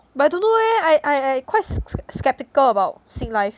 but I don't know leh I I I quite skeptical about sing life